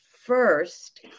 First